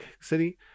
city